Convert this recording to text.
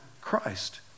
Christ